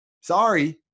sorry